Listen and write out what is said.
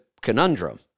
conundrum